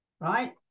right